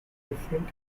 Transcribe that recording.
different